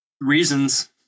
Reasons